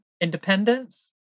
independence